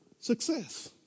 success